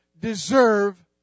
deserve